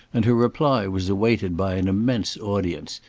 and her reply was awaited by an immense audience,